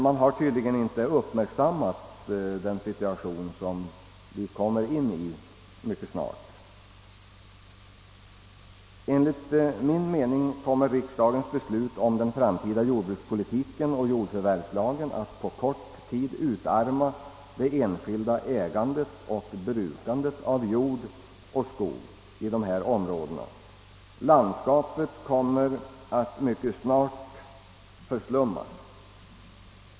Man har tydligen inte uppmärksammat den situation som vi råkar in i mycket snart. Enligt min mening kommer riksdagens beslut om den framtida jordbrukspolitiken och jordförvärvslagen att på kort tid utarma det enskilda ägandet och brukandet av jord och skog i glesbygdsområdena. Landskapet kommer att mycket snart förslummas.